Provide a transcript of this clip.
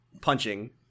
punching